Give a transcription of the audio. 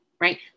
right